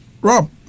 Rob